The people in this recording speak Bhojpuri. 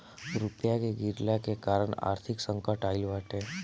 रुपया के गिरला के कारण आर्थिक संकट आईल बाटे